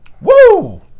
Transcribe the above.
Woo